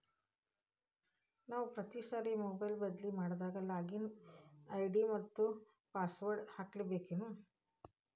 ನಾವು ಪ್ರತಿ ಸಾರಿ ಮೊಬೈಲ್ ಬದ್ಲಿ ಮಾಡಿದಾಗ ಲಾಗಿನ್ ಐ.ಡಿ ಮತ್ತ ಪಾಸ್ವರ್ಡ್ ಹಾಕ್ಲಿಕ್ಕೇಬೇಕು